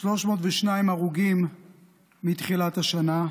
302 הרוגים מתחילת השנה,